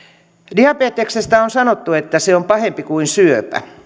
diabeteksesta on sanottu että se on pahempi kuin syöpä